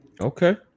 Okay